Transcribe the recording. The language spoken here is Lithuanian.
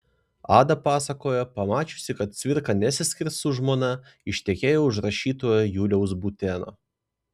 ada pasakojo pamačiusi kad cvirka nesiskirs su žmona ištekėjo už rašytojo juliaus būtėno